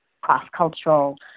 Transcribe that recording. cross-cultural